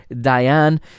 Diane